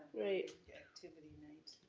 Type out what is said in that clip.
right. the activity night.